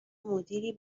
مدیری